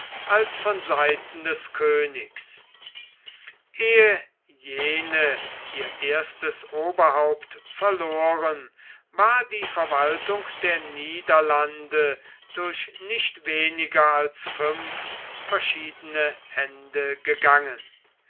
als von seiten des königs ehe jene ihr erstes oberhaupt verloren war die verwaltung der niederlande durch nicht weniger als fünf verschiedne hände gegangen